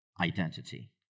identity